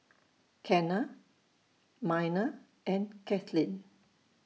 Kenna Miner and Kaitlyn